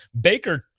Baker